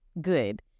good